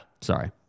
Sorry